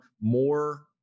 more